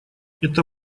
это